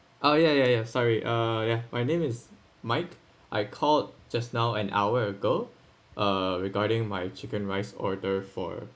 oh ya ya ya sorry uh yeah my name is mike I called just now an hour ago uh regarding my chicken rice order for